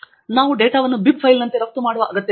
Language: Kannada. ಮತ್ತು ನಾವು ಡೇಟಾವನ್ನು ಬಿಬ್ ಫೈಲ್ನಂತೆ ರಫ್ತು ಮಾಡುವ ಅಗತ್ಯವೇನು